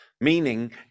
meaning